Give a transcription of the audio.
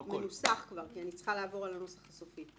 המנוסח כבר כי אני צריכה לעבור על הנוסח הסופי,